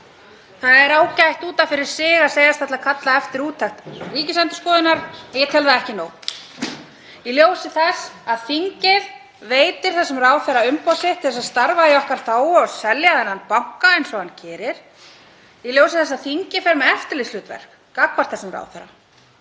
Það er ágætt út af fyrir sig að segjast ætla að kalla eftir úttekt Ríkisendurskoðunar en ég tel það ekki nóg. Í ljósi þess að þingið veitir þessum ráðherra umboð sitt til að starfa í okkar þágu og selja þennan banka eins og hann gerir, í ljósi þess að þingið fer með eftirlitshlutverk gagnvart þessum ráðherra,